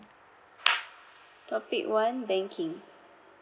topic one banking